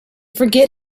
forget